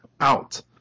out